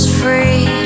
free